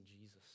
Jesus